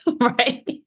right